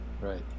right